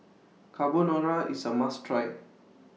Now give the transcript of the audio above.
Carbonara IS A must Try